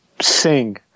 sing